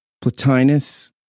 Plotinus